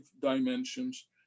dimensions